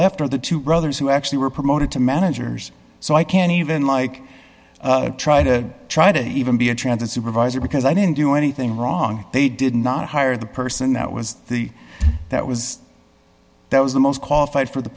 left are the two brothers who actually were promoted to managers so i can even like try to try to even be a transit supervisor because i didn't do anything wrong they did not hire the person that was the that was that was the most qualified for the